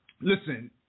Listen